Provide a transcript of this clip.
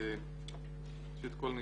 ראשית כל,